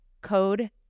code